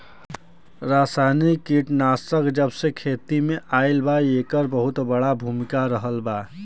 रासायनिक कीटनाशक जबसे खेती में आईल बा येकर बहुत बड़ा भूमिका रहलबा